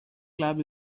club